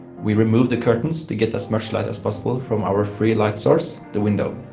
we removed the curtains to get as much light as possible from our free light source the window.